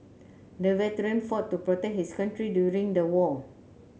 the veteran fought to protect his country during the war